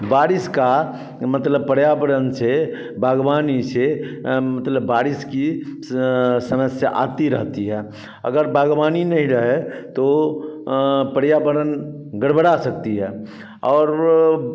बारिश का मतलब पर्यावरण से बागवानी से मतलब बारिश की समस्या आती रहती है अगर बागवान नहीं रहे तो पर्यावरण गड़बड़ा सकता है और वह